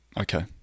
okay